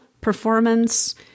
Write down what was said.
performance